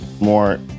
more